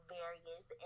various